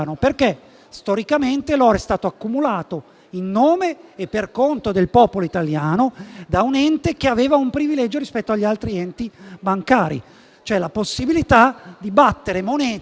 Storicamente, infatti, l'oro è stato accumulato in nome e per conto del popolo italiano da un ente che aveva un privilegio rispetto agli altri enti bancari, cioè la possibilità di battere moneta